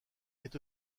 est